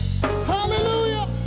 hallelujah